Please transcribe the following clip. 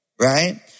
Right